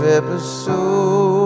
episode